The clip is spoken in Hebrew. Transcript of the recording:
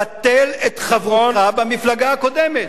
בטל את חברותך במפלגה הקודמת.